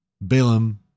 Balaam